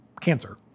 cancer